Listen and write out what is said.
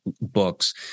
books